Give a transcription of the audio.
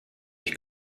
ich